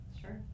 Sure